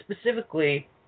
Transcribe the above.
specifically